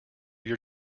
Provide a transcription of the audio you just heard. your